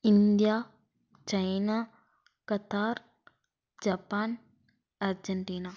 India China Qatar Japan Argentina